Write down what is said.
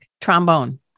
Trombone